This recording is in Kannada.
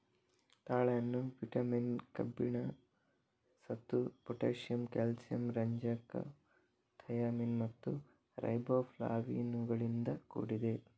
ತಾಳೆಹಣ್ಣು ವಿಟಮಿನ್, ಕಬ್ಬಿಣ, ಸತು, ಪೊಟ್ಯಾಸಿಯಮ್, ಕ್ಯಾಲ್ಸಿಯಂ, ರಂಜಕ, ಥಯಾಮಿನ್ ಮತ್ತು ರೈಬೋಫ್ಲಾವಿನುಗಳಿಂದ ಕೂಡಿದೆ